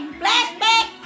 flashback